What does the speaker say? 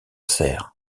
cerf